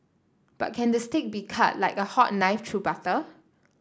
but can the steak be cut like a hot knife through butter